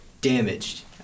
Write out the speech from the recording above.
damaged